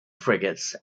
frigates